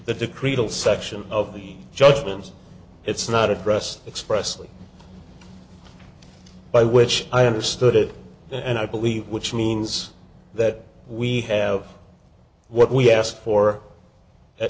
and section of the judgment it's not addressed expressly by which i understood it and i believe which means that we have what we asked for a